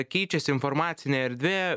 keičiasi informacinė erdvė